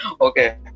Okay